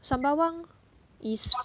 sembawang is